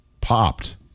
Popped